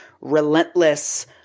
relentless